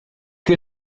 que